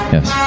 Yes